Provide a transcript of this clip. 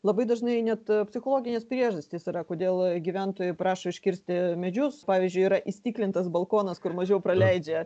labai dažnai net psichologinės priežastys yra kodėl gyventojai prašo iškirsti medžius pavyzdžiui yra įstiklintas balkonas kur mažiau praleidžia